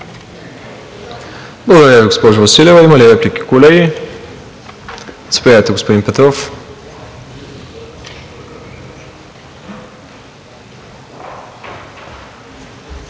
Благодаря Ви, госпожо Василева. Има ли реплики, колеги? Заповядайте, господин Петров.